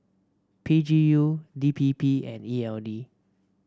P G U D P P and E L D